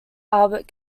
albert